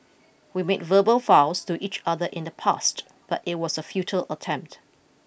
we made verbal vows to each other in the past but it was a futile attempt